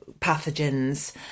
pathogens